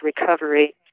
recovery